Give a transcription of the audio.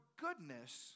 goodness